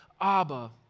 Abba